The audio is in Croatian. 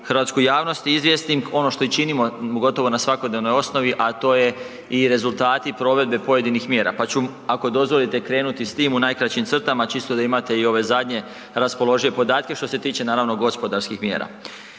hrvatsku javnost izvijestim ono što i činimo gotovo na svakodnevnoj osnovi, a to je i rezultati provedbe pojedinih mjera, pa ću ako dozvolite krenuti s tim u najkraćim crtama čisto da imate i ove zadnje raspoložive podatke što se tiče naravno gospodarskih mjera.